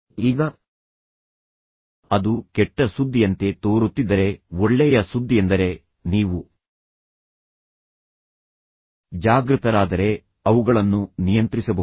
ಈಗ ಅದು ಕೆಟ್ಟ ಸುದ್ದಿಯಂತೆ ತೋರುತ್ತಿದ್ದರೆ ಒಳ್ಳೆಯ ಸುದ್ದಿಯೆಂದರೆ ನೀವು ಜಾಗೃತರಾದರೆ ಅವುಗಳನ್ನು ನಿಯಂತ್ರಿಸಬಹುದು